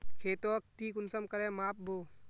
खेतोक ती कुंसम करे माप बो?